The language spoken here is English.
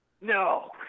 no